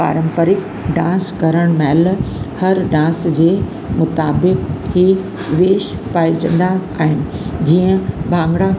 पारंपरिक डांस करण महिल हर डांस जे मुताबिक़ु हीउ वेश पाइजंदा आहिनि जीअं भागंड़ा